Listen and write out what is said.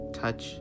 touch